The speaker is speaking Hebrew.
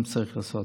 אם צריך לעשות,